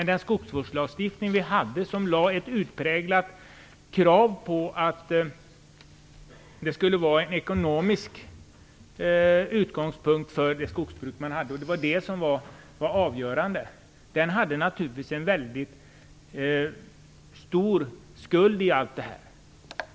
Den skogsvårdslagstiftning vi hade, som ställde utpräglade krav på att det skulle finnas ekonomiska utgångspunkter för skogsbruken, var avgörande. Den hade naturligtvis en väldigt stor skuld.